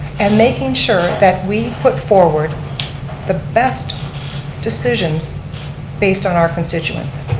and making sure that we put forward the best decisions based on our constituents.